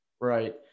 Right